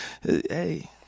Hey